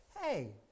hey